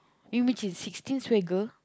maybe can sixteen swagger